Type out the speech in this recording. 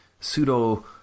pseudo